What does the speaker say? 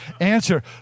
answer